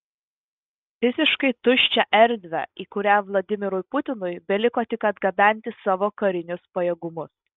visiškai tuščią erdvę į kurią vladimirui putinui beliko tik atgabenti savo karinius pajėgumus